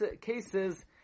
cases